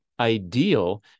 ideal